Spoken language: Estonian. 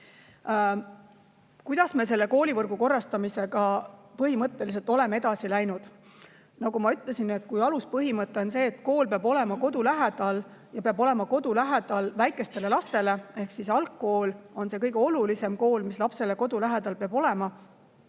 Kuidas me koolivõrgu korrastamisega põhimõtteliselt oleme edasi läinud? Nagu ma ütlesin, aluspõhimõte on see, et kool peab olema kodu lähedal, ja peab olema kodu lähedal väikestele lastele. Ehk algkool on see kõige olulisem kool, mis lapsele kodu lähedal peab olema.